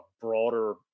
broader